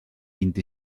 vint